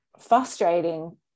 frustrating